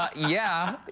ah yeah.